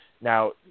Now